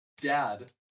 dad